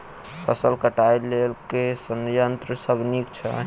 फसल कटाई लेल केँ संयंत्र सब नीक छै?